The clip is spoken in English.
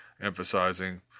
emphasizing